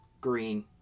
green